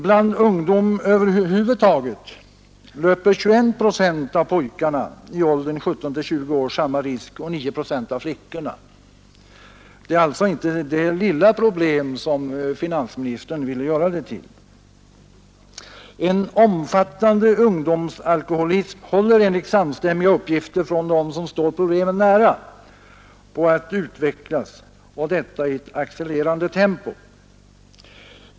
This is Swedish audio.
Bland ungdom över huvud taget löper 21 procent av pojkarna i åldern 17—20 år samma risk och 9 procent av flickorna. Det är alltså inte det lilla problem som finansministern ville göra det till. En omfattande ungdomsalkoholism håller enligt samstämmiga uppgifter från dem som står problemen nära på att utvecklas och detta i ett accelererande tempo.